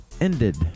ended